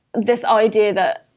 this idea that